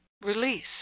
release